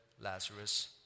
Lazarus